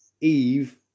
Eve